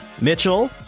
Mitchell